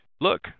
Look